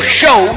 show